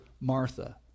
Martha